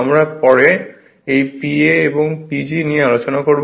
আমরা পরে এই Pa এবং PG নিয়ে আলোচনা করব